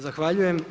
Zahvaljujem.